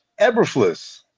Eberflus